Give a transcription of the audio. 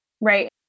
Right